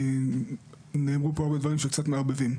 כי נאמרו פה הרבה דברים שקצת מערבבים.